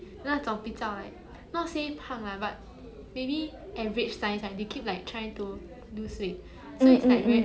mm mm mm